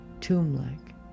tomb-like